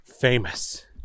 famous